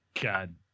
God